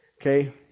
Okay